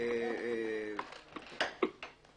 בבקשה.